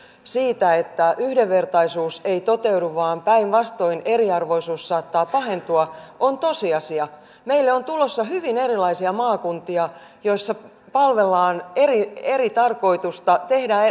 siitä että yhdenvertaisuus ei toteudu vaan päinvastoin eriarvoisuus saattaa pahentua on tosiasia meille on tulossa hyvin erilaisia maakuntia joissa palvellaan eri eri tarkoitusta